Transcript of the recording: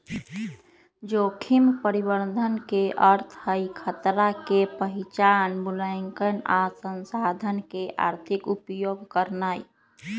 जोखिम प्रबंधन के अर्थ हई खतरा के पहिचान, मुलायंकन आ संसाधन के आर्थिक उपयोग करनाइ